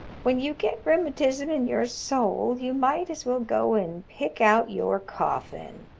when you get rheumatism in your soul you might as well go and pick out your coffin.